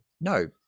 No